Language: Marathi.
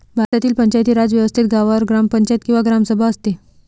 भारतातील पंचायती राज व्यवस्थेत गावावर ग्रामपंचायत किंवा ग्रामसभा असते